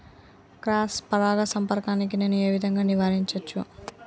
Cross పరాగ సంపర్కాన్ని నేను ఏ విధంగా నివారించచ్చు?